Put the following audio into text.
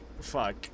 fuck